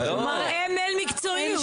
הוא מראה מייל מקצועי,